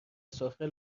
سفره